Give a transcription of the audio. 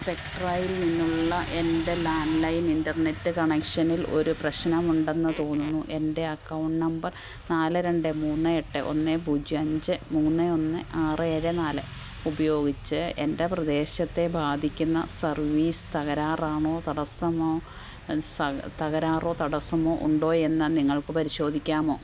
സ്പെക്ട്രയിൽ നിന്നുള്ള എൻ്റെ land line internet കണക്ഷനിൽ ഒരു പ്രശ്നമുണ്ടെന്ന് തോന്നുന്നു എൻ്റെ അക്കൌണ്ട് നമ്പർ നാല് രണ്ട് മൂന്ന് എട്ട് ഒന്ന് പൂജ്യം അഞ്ച് മൂന്ന് ഒന്ന് ആറ് ഏഴ് നാല് ഉപയോഗിച്ച് എൻ്റെ പ്രദേശത്തെ ബാധിക്കുന്ന സർവീസ് തകരാറാണോ തടസ്സമോ തകരാറോ തടസ്സമോ ഉണ്ടോയെന്ന് നിങ്ങൾക്ക് പരിശോധിക്കാമോ